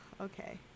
okay